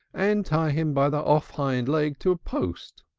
and tie him by the off hind-leg to a post.